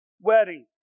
wedding